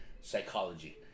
psychology